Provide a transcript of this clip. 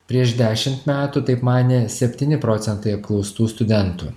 prieš dešimt metų taip manė septyni procentai apklaustų studentų